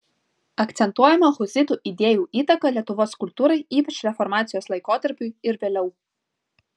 akcentuojama husitų idėjų įtaka lietuvos kultūrai ypač reformacijos laikotarpiui ir vėliau